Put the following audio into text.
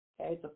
okay